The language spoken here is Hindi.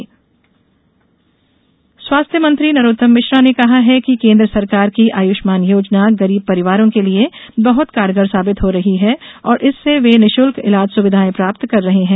आयुष्मान स्वास्थ्य मंत्री नरोत्तम मिश्रा ने कहा है कि केन्द्र सरकार की आयुष्मान योजना गरीब परिवारों के लिए बहत कारगर साबित हो रही है और इससे वे निशुल्क ईलाज सुविधाएं प्राप्त कर रहे हैं